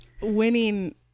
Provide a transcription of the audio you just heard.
winning